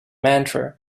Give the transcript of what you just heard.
mantra